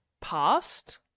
past